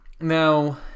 Now